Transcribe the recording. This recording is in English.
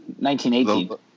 1918